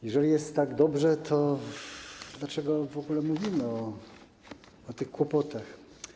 Jeżeli jest tak dobrze, to dlaczego w ogóle mówimy o tych kłopotach?